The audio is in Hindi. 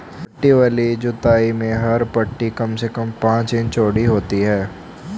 पट्टी वाली जुताई में हर पट्टी कम से कम पांच इंच चौड़ी होती है